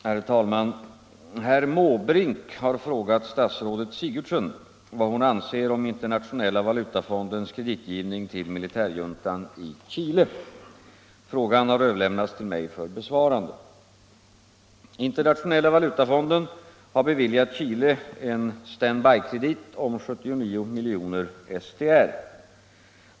Herr talman! Herr Måbrink har frågat statsrådet Sigurdsen vad hon anser om Internationella valutafondens kreditgivning till militärjuntan i Chile. Frågan har överlämnats till mig för besvarande. Internationella valutafonden har beviljat Chile en stand by-kredit om 79 miljoner SDR.